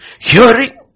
hearing